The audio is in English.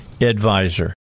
Advisor